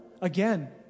again